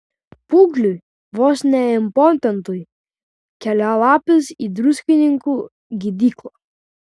pūgžliui vos ne impotentui kelialapis į druskininkų gydyklą